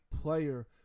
player